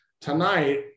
tonight